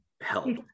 help